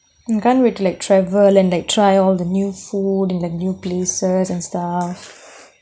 I can't wait to like travel and like try all the new food and the new please and stuff